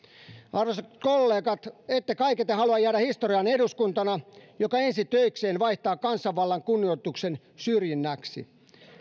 arvoisat kollegat ette kaiketi halua jäädä historiaan eduskuntana joka ensi töikseen vaihtaa kansanvallan kunnioituksen syrjinnäksi